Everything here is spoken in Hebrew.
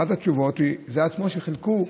אחת התשובות: זה עצמו שחילקו.